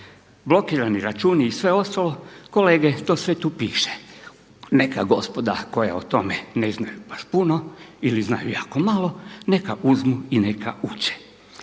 blokirani računi i sve ostalo, kolege to sve tu piše. Neka gospoda koja o tome ne znaju baš puno ili znaju jako malo neka uzmu i neka uče.